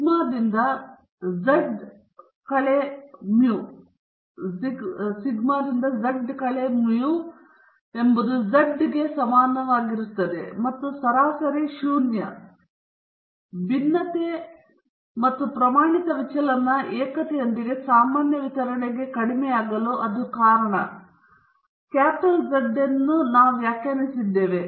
ಸಿಗ್ಮಾದಿಂದ Z minus ಮೌನಿಗೆ Z ಸಮಾನವಾಗಿರುತ್ತದೆ ಮತ್ತು ಸರಾಸರಿ ಶೂನ್ಯ ಮತ್ತು ಭಿನ್ನತೆ ಅಥವಾ ಪ್ರಮಾಣಿತ ವಿಚಲನ ಏಕತೆಯೊಂದಿಗೆ ಸಾಮಾನ್ಯ ವಿತರಣೆಗೆ ಕಡಿಮೆಯಾಗಲು ಅದು ಕಾರಣ ಎಂದು ನಾವು ನೆನಪಿಸಿಕೊಂಡರೆ ಕ್ಯಾಪಿಟಲ್ ಝಡ್ ಎಂದು ನಾವು ವ್ಯಾಖ್ಯಾನಿಸಿದ್ದೇವೆ